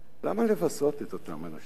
למה לבזות את אותם אנשים?